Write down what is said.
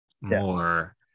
more